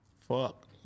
Fuck